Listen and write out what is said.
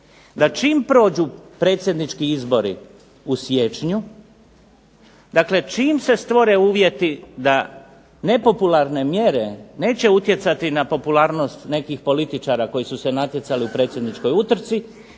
da čim prođu predsjednički izbori u siječnju, dakle čim se stvore uvjeti da nepopularne mjere neće utjecati na popularnost nekih političara koji su se natjecali u predsjedničkoj utrci,